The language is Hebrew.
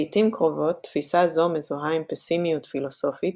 לעיתים קרובות תפיסה זו מזוהה עם פסימיות פילוסופית,